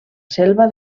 selva